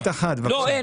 הישיבה